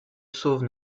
sauve